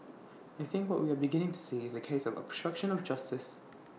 I think what we are beginning to see is A case of obstruction of justice